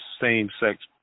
same-sex